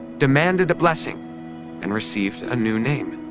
demanded a blessing and received a new name,